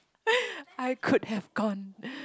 I could have gone